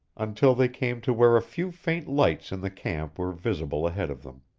until they came to where a few faint lights in the camp were visible ahead of them.